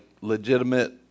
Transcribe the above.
legitimate